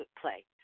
play